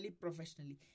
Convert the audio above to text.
professionally